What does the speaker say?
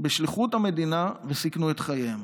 בשליחות המדינה וסיכנו את חייהם.